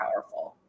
powerful